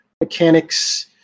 mechanics